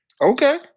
Okay